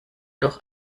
doch